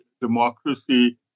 democracy